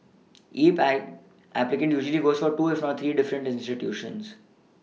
E pie applicant usually goes for two if not three different institutions